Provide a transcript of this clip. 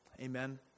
Amen